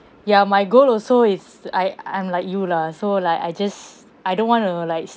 ya my goal also is I I'm like you lah so like I just I don't want to like